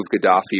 Gaddafi